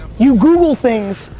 you google things,